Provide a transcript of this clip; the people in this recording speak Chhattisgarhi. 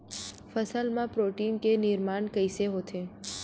फसल मा प्रोटीन के निर्माण कइसे होथे?